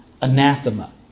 anathema